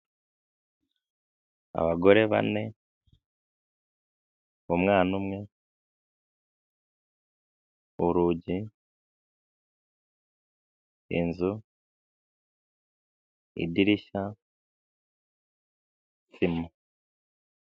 Icyapa cyo mu muhanda gifite ishusho ya mpande eshatu kizengurutswe n'umutuku, imbere ubuso n'umweru, ikirango n'umukara. Iki cyapa kirereka abayobozi b'amamodoka ko imbere aho bari kujya hari kubera ibikorwa by'ubwubatsi.